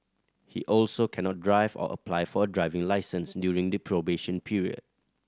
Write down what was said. he also cannot drive or apply for a driving licence during the probation period